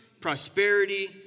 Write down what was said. prosperity